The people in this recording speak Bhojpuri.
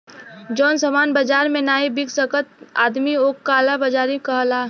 जौन सामान बाजार मे नाही बिक सकत आदमी ओक काला बाजारी कहला